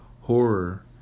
horror